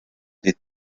des